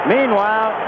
Meanwhile